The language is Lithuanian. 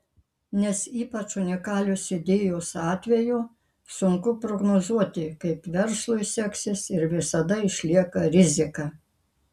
nes ypač unikalios idėjos atveju sunku prognozuoti kaip verslui seksis ir visada išlieka rizika